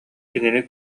кинини